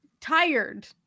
tired